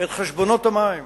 את חשבונות המים,